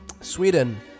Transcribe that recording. Sweden